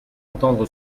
entendre